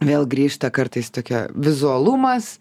vėl grįžta kartais tokia vizualumas